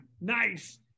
nice